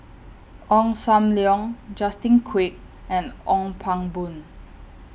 Ong SAM Leong Justin Quek and Ong Pang Boon